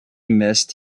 missed